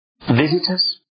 visitors